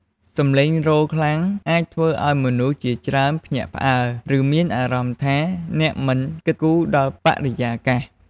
សំឡេងរោទ៍ខ្លាំងអាចធ្វើឲ្យមនុស្សជាច្រើនភ្ញាក់ផ្អើល ឬមានអារម្មណ៍ថាអ្នកមិនគិតគូរដល់បរិយាកាស។